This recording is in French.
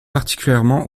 particulièrement